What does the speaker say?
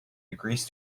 agrees